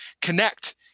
connect